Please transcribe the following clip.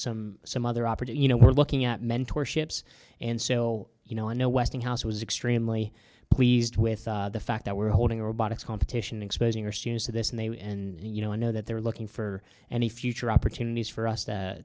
some some other opportunity or looking at mentor ships and so you know i know westinghouse was extremely pleased with the fact that we're holding robotics competition exposing our students to this and they were and you know i know that they're looking for any future opportunities for us to